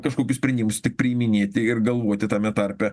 kažkokius sprendimus tik priiminėti ir galvoti tame tarpe